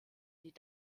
die